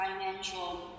financial